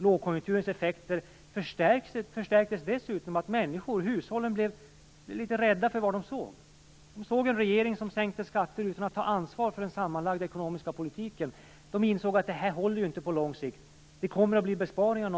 Lågkonjunkturens effekter förstärktes dessutom av att människor i hushållen blev litet rädda för vad de såg. De såg en regering som sänkte skatter utan att ta ansvar för den sammanlagda ekonomiska politiken. De insåg att det här inte skulle hålla på lång sikt och att det någon gång måste komma besparingar.